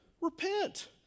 repent